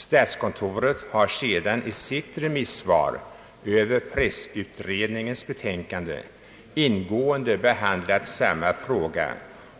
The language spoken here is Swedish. Statskontoret har sedan i sitt remissvar över pressutredningens betänkande ingående behandlat samma fråga